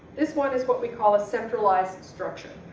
this one is what we call a centralized structure.